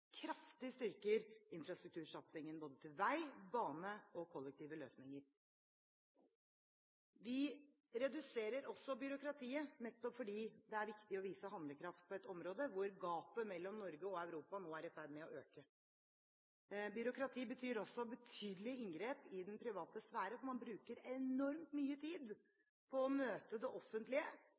kraftig styrker infrastruktursatsingen både til vei, bane og kollektive løsninger. Vi reduserer også byråkratiet, nettopp fordi det er viktig å vise handlekraft på et område hvor gapet mellom Norge og Europa nå er i ferd med å øke. Byråkrati betyr også betydelige inngrep i den private sfære. Man bruker enormt mye tid på å møte det offentlige,